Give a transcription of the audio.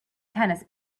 tennis